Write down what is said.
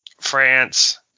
France